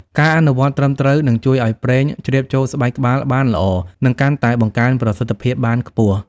ការអនុវត្តន៍ត្រឹមត្រូវ នឹងជួយឲ្យប្រេងជ្រាបចូលស្បែកក្បាលបានល្អ និងកាន់តែបង្កើនប្រសិទ្ធភាពបានខ្ពស់។